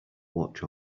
watch